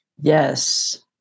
Yes